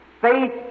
faith